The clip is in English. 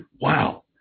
wow